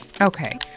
Okay